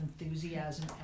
enthusiasm